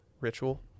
Ritual